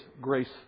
grace